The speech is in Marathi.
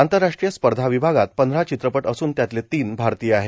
आंतरराष्ट्रीय स्पर्धा विभागात पंधरा चित्रपट असून त्यातले तीन भारतीय आहेत